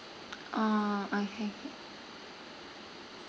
orh okay K